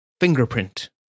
fingerprint